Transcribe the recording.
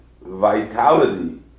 vitality